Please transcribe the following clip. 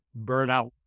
burnout